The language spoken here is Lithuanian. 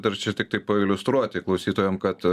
dar čia tiktai pailiustruoti klausytojam kad